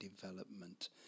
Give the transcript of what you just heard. development